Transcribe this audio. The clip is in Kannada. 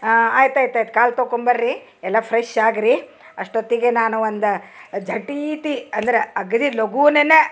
ಆಯ್ತು ಆಯ್ತು ಆಯ್ತು ಕಾಲು ತೊಳ್ಕೊಂಬರ್ರೀ ಎಲ್ಲ ಫ್ರೆಶ್ ಆಗ್ರಿ ಅಷ್ಟೊತ್ತಿಗೆ ನಾನು ಒಂದು ಜಟೀತಿ ಅಂದ್ರ ಅಗ್ದಿ ಲಘೂನನ